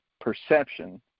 perception